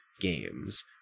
games